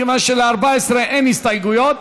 מכיוון של-14 אין הסתייגויות.